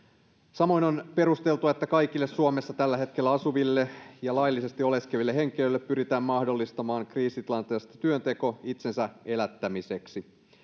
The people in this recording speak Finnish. samoin on perusteltua että kaikille suomessa tällä hetkellä asuville ja laillisesti oleskeleville henkilöille pyritään mahdollistamaan kriisitilanteessa työnteko itsensä elättämiseksi